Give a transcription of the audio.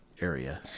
area